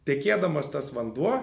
tekėdamas tas vanduo